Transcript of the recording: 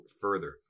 further